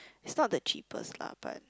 it's not the cheapest lah but